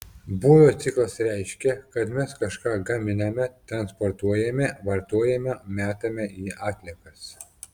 būvio ciklas reiškia kad mes kažką gaminame transportuojame vartojame metame į atliekas